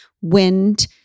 Wind